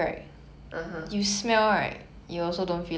(uh huh)